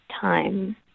time